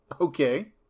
Okay